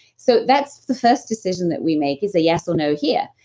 so that's the first decision that we make is a yes or no here.